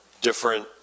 different